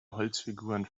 holzfiguren